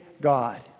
God